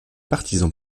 partisan